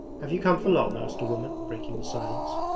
have you come for long asked a woman, breaking the silence.